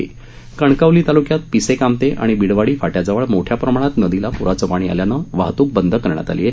तसंच कणकवली तालुक्यात पिसेकामते आणि बिडवाडी फाट्याजवळ मोठ्या प्रमाणात नदीला प्राच पाणी आल्यामूळे वाहतूक बंद करण्यात आली आहे